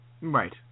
Right